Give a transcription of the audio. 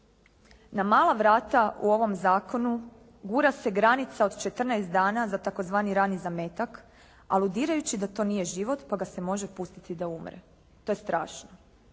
Na mala vrata u ovom zakonu gura se granica od 14 dana za tzv. rani zametak aludirajući da to nije život pa ga se može pustiti da umre. To je strašno.